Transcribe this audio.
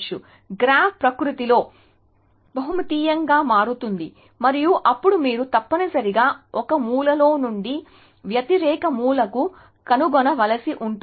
కాబట్టి గ్రాఫ్ ప్రకృతిలో బహుమితీయంగా మారుతుంది మరియు అప్పుడు మీరు తప్పనిసరిగా ఒక మూలలో నుండి వ్యతిరేక మూలకు కనుగొనవలసి ఉంటుంది